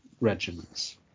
regiments